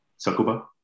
Sakuba